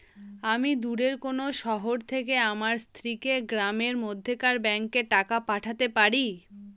আমি দূরের কোনো শহর থেকে আমার স্ত্রীকে গ্রামের মধ্যেকার ব্যাংকে টাকা পাঠাতে পারি?